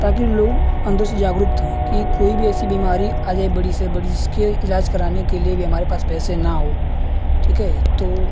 ताकि लोग अंदर से जागरुक हो कि कोई भी ऐसी बीमारी आ जाए बड़ी से बड़ी जिसके इलाज कराने के लिए भी हमारे पास पैसे न हो ठीक है तो